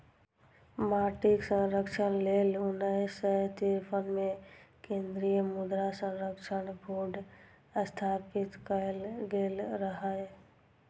माटिक संरक्षण लेल उन्नैस सय तिरेपन मे केंद्रीय मृदा संरक्षण बोर्ड स्थापित कैल गेल रहै